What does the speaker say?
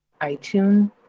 iTunes